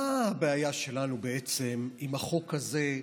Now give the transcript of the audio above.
מה הבעיה שלנו בעצם עם החוק הזה,